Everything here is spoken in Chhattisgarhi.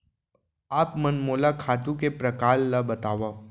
आप मन मोला खातू के प्रकार ल बतावव?